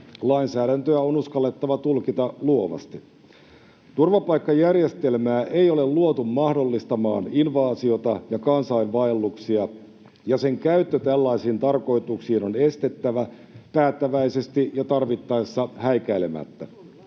lainsäädäntöä on uskallettava tulkita luovasti. Turvapaikkajärjestelmää ei ole luotu mahdollistamaan invaasiota ja kansainvaelluksia, ja sen käyttö tällaisiin tarkoituksiin on estettävä päättäväisesti ja tarvittaessa häikäilemättä